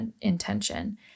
intention